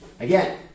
Again